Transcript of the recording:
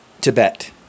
Tibet